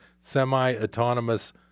semi-autonomous